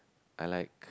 I liked